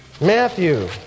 Matthew